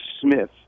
Smith